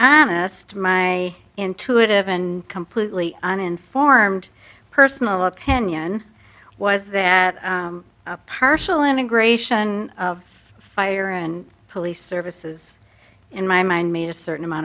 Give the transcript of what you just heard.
honest my intuitive and completely uninformed personal opinion was that partial integration of fire and police services in my mind made a certain amount